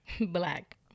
Black